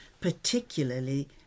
particularly